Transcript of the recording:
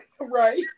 right